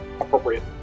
appropriate